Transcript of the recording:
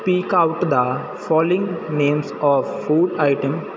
speak out the following names of food item